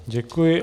Děkuji.